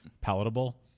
palatable